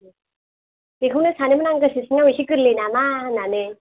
बेखौनो सानोमोन आं गोसो सिङाव इसे गोरलै नामा होननानै